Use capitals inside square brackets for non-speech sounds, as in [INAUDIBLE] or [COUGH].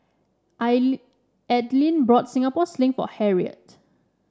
[UNINTELLIGIBLE] Aidyn bought Singapore Sling for Harriett